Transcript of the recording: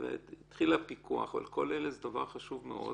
דבר חשוב מאוד,